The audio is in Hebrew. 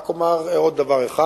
רק אומר עוד דבר אחד.